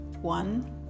One